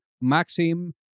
Maxim